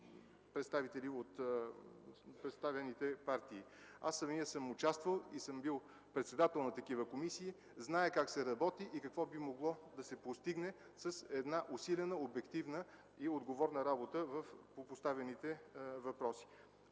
представители от представените партии. Самият аз съм участвал и съм бил председател на такива комисии, зная как се работи и какво би могло да се постигне с една усилена, обективна и отговорна работа по поставените въпроси.